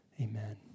Amen